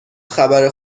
خبر